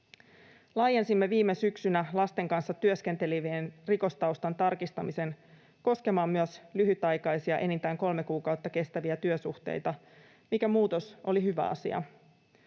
Laajensimme viime syksynä lasten kanssa työskentelevien rikostaustan tarkistamisen koskemaan myös lyhytaikaisia, enintään kolme kuukautta kestäviä työsuhteita, mikä muutos oli hyvä asia.